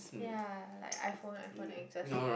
ya like iPhone iPhone X